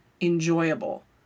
enjoyable